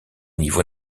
niveau